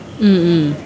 mmhmm